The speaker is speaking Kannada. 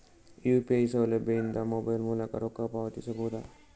ಯು.ಪಿ.ಐ ಸೌಲಭ್ಯ ಇಂದ ಮೊಬೈಲ್ ಮೂಲಕ ರೊಕ್ಕ ಪಾವತಿಸ ಬಹುದಾ?